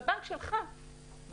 הבנק שלך במקור,